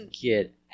get